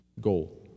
goal